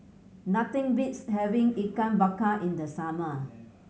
nothing beats having Ikan Bakar in the summer